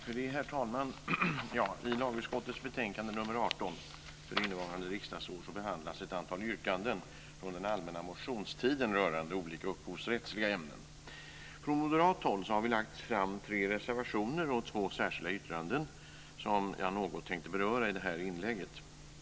Herr talman! I lagutskottets betänkande nr 18 för innevarande riksdagsår behandlas ett antal yrkanden från den allmänna motionstiden rörande olika upphovsrättsliga ämnen. Från moderat håll har vi lagt fram tre reservationer och två särskilda yttranden som jag något tänkte beröra i det här inlägget.